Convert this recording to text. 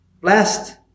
blessed